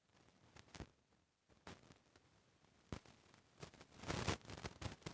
मोला मोबाइल से ऑनलाइन भुगतान करे बर का करे बर पड़ही?